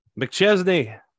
McChesney